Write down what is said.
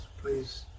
please